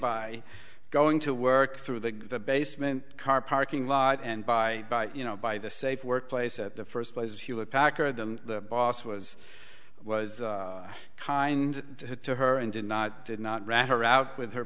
by going to work through the basement car parking lot and by by you know by the safe workplace at the first place hewlett packard the boss was was kind to her and did not did not rat her out with her